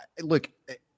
Look